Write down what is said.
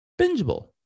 bingeable